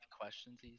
questions